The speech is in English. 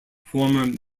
former